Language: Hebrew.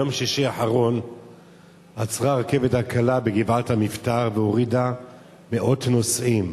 ביום שישי האחרון עצרה הרכבת הקלה בגבעת-המבתר והורידה מאות נוסעים.